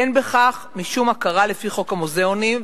אין בכך משום הכרה לפי חוק המוזיאונים,